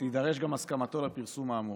תידרש גם הסכמתו לפרסום האמור.